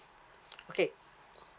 okay